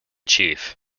chief